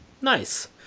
Nice